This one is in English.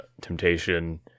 temptation